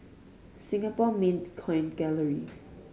Singapore Mint Coin Gallery